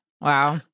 Wow